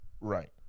Right